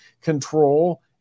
control